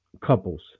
couples